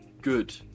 good